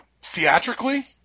theatrically